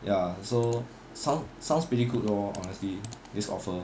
ya so sounds sounds pretty good lor honestly this offer